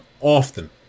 often